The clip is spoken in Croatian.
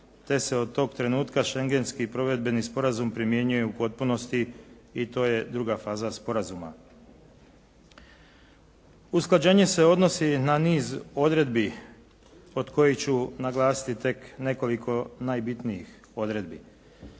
te se od tog trenutka Schengenski provedbeni sporazum primjenjuje u potpunosti i to je druga faza sporazuma. Usklađenje se odnosi na niz odredbi od kojih ću naglasiti tek nekoliko najbitnijih odredbi.